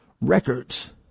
records